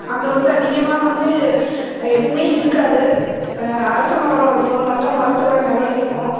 அங்கே வந்து அதிகமாக வந்து எதுவுமே இருக்காது அரச மரம் இருக்கும் நல்ல மரத்தோடய நிழல் இருக்கும்